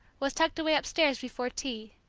was tucked away upstairs before tea,